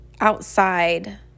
outside